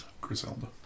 Griselda